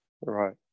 Right